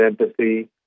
empathy